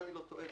אם אני לא טועה.